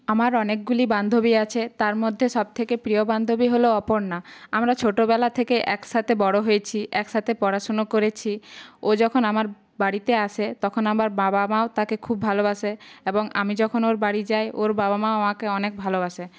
আমার অনেকগুলি বান্ধবী আছে তার মধ্যে সবথেকে প্রিয় বান্ধবী হল অপর্ণা আমরা ছোটোবেলা থেকে একসাথে বড়ো হয়েছি একসাথে পড়াশুনো করেছি ও যখন আমার বাড়িতে আসে তখন আমার বাবা মাও তাকে খুব ভালোবাসে এবং আমি যখন ওর বাড়ি যাই ওর বাবা মাও আমাকে অনেক ভালোবাসে